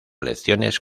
lecciones